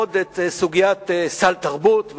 עוד את סוגיית סל תרבות,